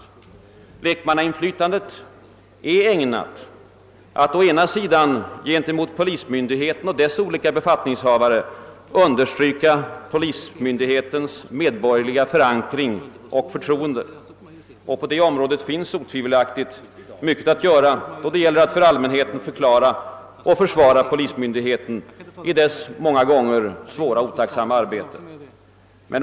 Å ena sidan är lekmannainflytandet ägnat att gentemot polismyndigheten och dess olika befattningshavare understryka polismyndighetens medborgerliga förank ring och förtroende — på det området finns det otvivelaktigt mycket att göra då det gäller att hos allmänheten förklara och försvara polismyndighetens handlande i dess många gånger svåra och otacksamma arbete.